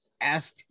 ask